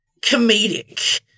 comedic